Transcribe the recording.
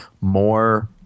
more